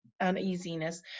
uneasiness